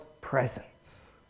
presence